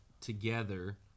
together